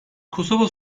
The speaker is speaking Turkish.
kosova